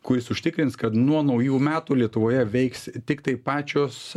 kuris užtikrins kad nuo naujų metų lietuvoje veiks tiktai pačios